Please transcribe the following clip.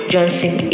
Johnson